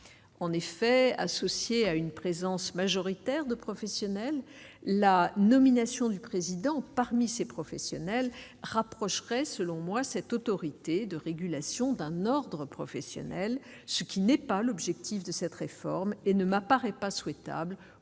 en effet associée à une présence majoritaire de professionnels, la nomination du président parmi ces professionnels rapprocherait selon moi cette autorité de régulation d'un ordre professionnel, ce qui n'est pas l'objectif de cette réforme et ne m'apparaît pas souhaitable